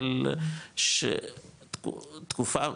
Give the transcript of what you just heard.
אבל שתקופה,